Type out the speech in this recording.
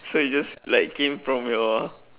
so you just like came from your